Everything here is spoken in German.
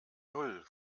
null